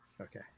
Okay